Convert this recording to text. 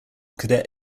cadet